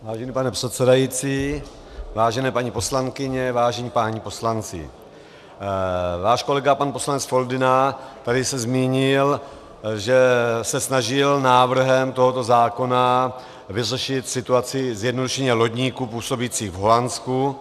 Vážený pane předsedající, vážené paní poslankyně, vážení páni poslanci, váš kolega pan poslanec Foldyna se tady zmínil, že se snažil návrhem tohoto zákona vyřešit situaci, zjednodušeně, lodníků působících v Holandsku.